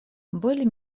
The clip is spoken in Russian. были